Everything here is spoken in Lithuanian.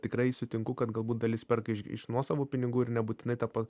tikrai sutinku kad galbūt dalis perka iš nuosavų pinigų ir nebūtinai ta pa